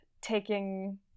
taking